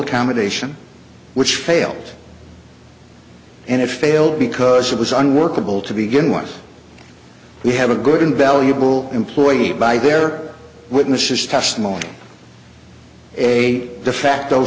accommodation which failed and it failed because it was unworkable to begin once we have a good and valuable employee by their witnesses testimony a defacto